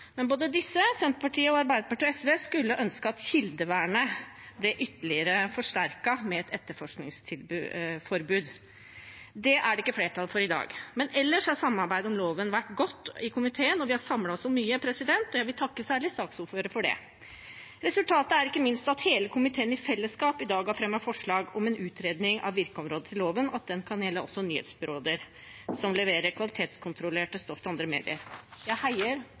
Men både disse, Senterpartiet, Arbeiderpartiet og SV skulle ønske at kildevernet ble ytterligere forsterket med et etterforskningsforbud. Det er det ikke flertall for i dag. Men ellers har samarbeidet om loven vært godt i komiteen, og vi har samlet oss om mye. Jeg vil takke særlig saksordføreren for det. Resultatet er ikke minst at hele komiteen i fellesskap i dag har fremmet forslag om en utredning av virkeområdet til loven, at det også kan gjelde nyhetsbyråer som leverer kvalitetskontrollert stoff til andre medier. Jeg heier